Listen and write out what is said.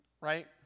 right